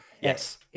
yes